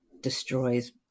destroys